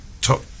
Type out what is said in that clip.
top